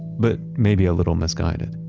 but maybe a little misguided.